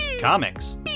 comics